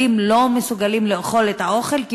פעמים לא מביאים בחשבון את ההבדלים בהרגלי האוכל וסוג האוכל